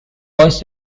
was